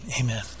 Amen